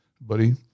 buddy